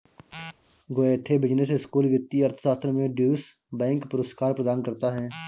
Goethe business school वित्तीय अर्थशास्त्र में ड्यूश बैंक पुरस्कार प्रदान करता है